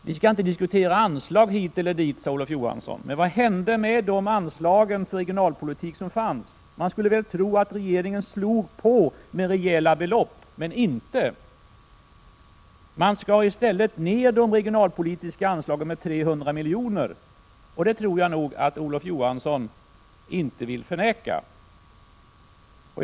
Vi skall inte diskutera anslag hit eller dit, sade Olof Johansson, men vad hände egentligen med de anslag för regionalpolitiken som fanns? Man skulle ju tro att regeringen slog på med rejäla belopp — men inte! Man skar i stället ned de regionalpolitiska anslagen med 300 milj.kr. — det tror jag inte Olof Johansson vill förneka. Fru talman!